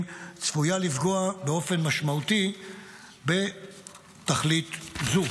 צפויה לפגוע באופן משמעותי בתכלית זו.